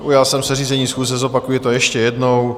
Ujal jsem se řízení schůze, zopakuji to ještě jednou.